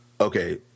okay